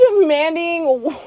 demanding